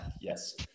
yes